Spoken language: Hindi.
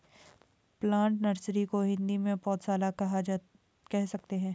प्लांट नर्सरी को हिंदी में पौधशाला कह सकते हैं